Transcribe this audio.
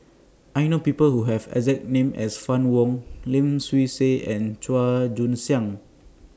I know People Who Have exact name as Fann Wong Lim Swee Say and Chua Joon Siang